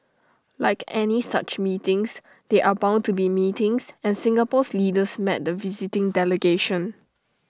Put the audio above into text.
like any such meetings there are bound to be meetings and Singapore's leaders met the visiting delegation